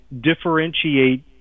differentiate